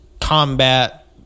Combat